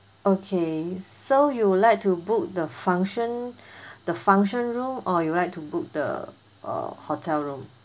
okay so you would like to book the function the function room or you'd like to book the err hotel room